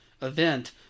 event